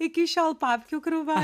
iki šiol papkių krūva